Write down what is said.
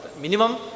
minimum